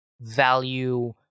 value